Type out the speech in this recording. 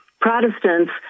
Protestants